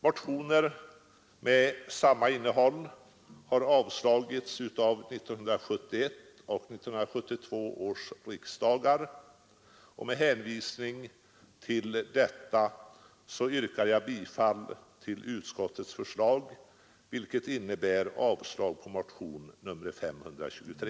Motioner med samma innehåll som den nu väckta har avslagits av 1971 och 1972 års riksdagar, och med hänvisning till detta yrkar jag bifall till utskottets förslag, vilket innebär avslag på motionen 523.